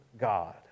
God